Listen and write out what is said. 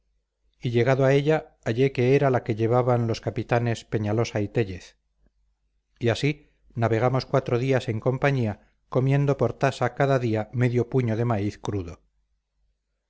y llegado a ella hallé que era la que llevaban los capitanes peñalosa y téllez y así navegamos cuatro días en compañía comiendo por tasa cada día medio puño de maíz crudo